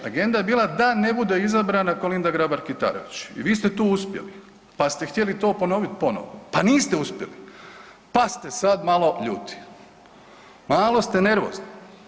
Agenda je bila da ne bude izabrana Kolinda Grabar Kitarović i vi ste tu uspjeli, pa ste htjeli to ponovit ponovo, pa niste uspjeli, pa ste sad malo ljuti, malo ste nervozni.